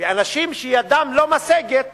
ואנשים שידם לא משגת